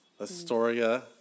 Astoria